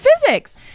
physics